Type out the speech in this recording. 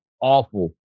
awful